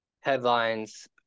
Headlines